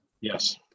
Yes